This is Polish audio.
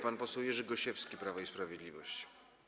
Pan poseł Jerzy Gosiewski, Prawo i Sprawiedliwość.